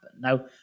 Now